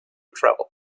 travel